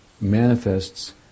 manifests